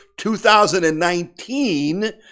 2019